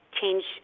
Change